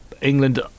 England